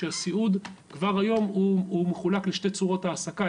שהסיעוד כבר היום הוא מחולק לשתי צורות של העסקה.